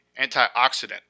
antioxidant